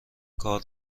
کار